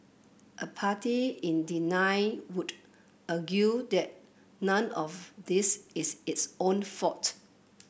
a party in denial would argue that none of this is its own fault